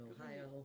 Ohio